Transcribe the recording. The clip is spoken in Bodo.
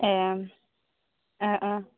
ए